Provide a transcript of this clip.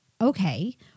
okay